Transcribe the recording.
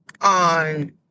on